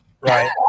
right